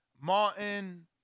Martin